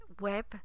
web